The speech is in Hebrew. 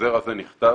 החוזר הזה נכתב